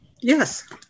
Yes